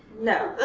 no.